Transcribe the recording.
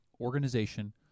organization